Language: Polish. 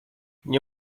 nie